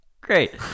great